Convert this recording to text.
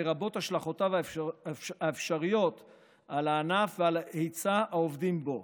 לרבות השלכותיו האפשריות על הענף ועל היצע העובדים בו.